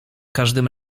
każdym